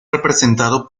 representado